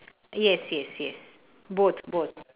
yes yes yes both both